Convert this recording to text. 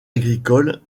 agricoles